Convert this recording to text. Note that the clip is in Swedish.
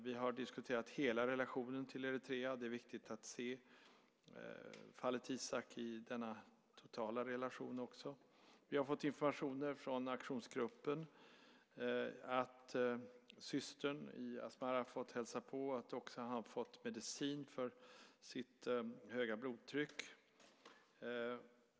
Vi har diskuterat hela relationen till Eritrea. Det är viktigt att se fallet Isaak i denna totala relation. Vi har fått informationer från aktionsgruppen att systern har fått hälsa på och att Isaak har fått medicin för sitt höga blodtryck.